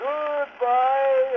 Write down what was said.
Goodbye